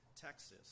Texas